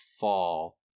fall